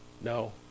No